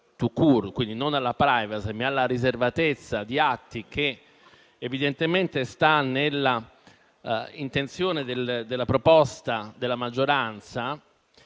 quindi non alla *privacy*, ma alla riservatezza di atti che evidentemente è nell'intenzione della proposta della maggioranza